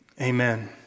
Amen